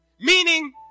meaning